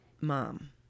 mom